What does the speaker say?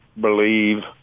believe –